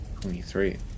Twenty-three